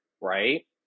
right